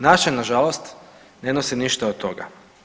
Naše nažalost ne nosi ništa od toga.